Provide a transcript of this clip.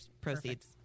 proceeds